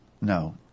No